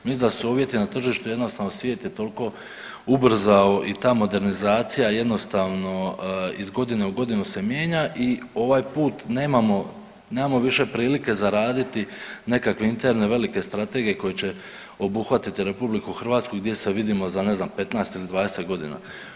Mislim da su uvjeti na tržištu jednostavno, svijet je toliko ubrzao i ta modernizacija jednostavno iz godine u godinu se mijenja i ovaj put nemamo više prilike za raditi nekakve interne, velike strategije koje će obuhvatiti Republiku Hrvatsku i gdje se vidimo ne znam za 15 ili 20 godina.